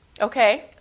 okay